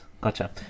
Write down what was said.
Gotcha